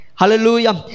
Hallelujah